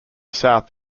south